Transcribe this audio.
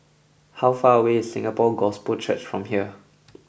how far away is Singapore Gospel Church from here